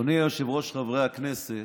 אדוני היושב-ראש, חברי הכנסת,